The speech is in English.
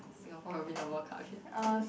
Singapore will win the World Cup in